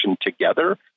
together